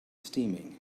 steaming